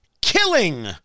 killing